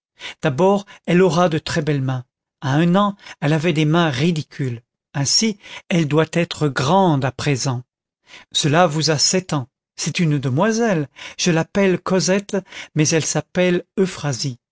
d'abord elle aura de très belles mains à un an elle avait des mains ridicules ainsi elle doit être grande à présent cela vous a sept ans c'est une demoiselle je l'appelle cosette mais elle s'appelle